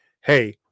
hey